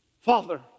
Father